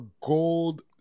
gold